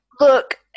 look